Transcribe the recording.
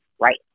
right